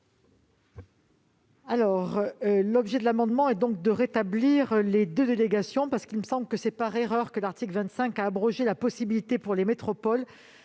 Sassone. Il s'agit de rétablir les deux délégations, parce qu'il me semble que c'est par erreur que l'article 25 a abrogé la possibilité pour les métropoles